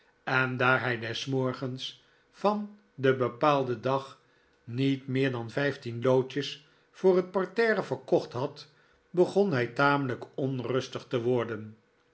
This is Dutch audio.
en daar hij des nvbrgens van den bepaalden dag niet meer dan in den baebieeswinkel vijftien lootjes voor het parterre verkocht had begon hij tamelijk onrustig te worden